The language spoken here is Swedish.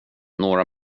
några